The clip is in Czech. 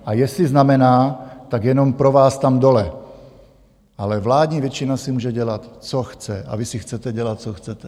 A jestli znamená, tak jenom pro vás tam dole, ale vládní většina si může dělat, co chce, a vy si chcete dělat, co chcete.